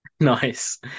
Nice